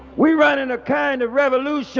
we running a kind of revolution